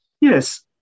Yes